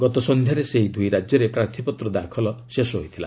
ଗତ ସନ୍ଧ୍ୟାରେ ସେହି ଦୁଇ ରାଜ୍ୟରେ ପ୍ରାର୍ଥୀପତ୍ର ଦାଖଲ ଶେଷ ହୋଇଥିଲା